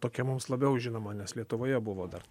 tokia mums labiau žinoma nes lietuvoje buvo dar